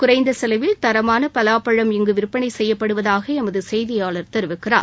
குறைந்த செலவில் தரமான பலாப்பழம் இங்கு விற்பனை செய்யப்படுவதாக எமது செய்தியாளர் தெரிவிக்கிறார்